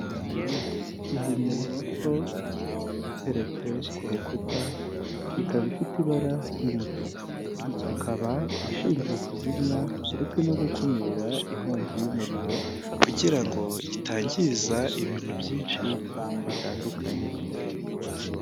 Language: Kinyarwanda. Kizimyamwoto iteretse ku rukuta, ikaba ifite ibara ry'umutuku, ikaba ishinzwe kuzimya ndetse no gukumira inkongi y'umuriro kugira ngo itangiza ibintu byinshi bitandukanye.